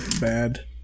bad